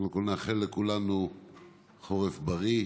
קודם כול נאחל לכולנו חורף בריא,